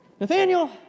Nathaniel